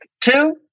two